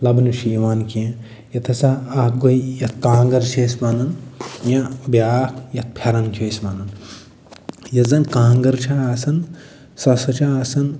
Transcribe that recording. لبنہٕ چھُ یِوان کیٚنٛہہ یَتھ ہَسا اکھ گٔے یَتھ کانٛگٕر چھِ أسۍ وَنان یا بیٛاکھ یَتھ پھٮ۪رن چھِ أسۍ وَنان یَس زن کانٛگٕر چھےٚ آسان سُہ ہسا چھِ آسان